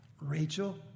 Rachel